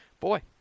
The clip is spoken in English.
Boy